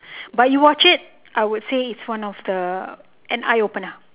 but you watch it I would say it's one of the an eye opener